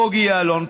בוגי יעלון,